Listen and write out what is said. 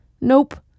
Nope